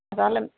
ᱛᱟᱦᱚᱞᱮ